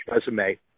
resume